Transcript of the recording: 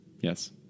Yes